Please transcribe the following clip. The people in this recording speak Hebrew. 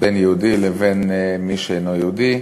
בין יהודי לבין מי שאינו יהודי,